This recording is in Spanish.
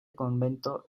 convento